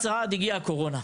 הגיעה הקורונה,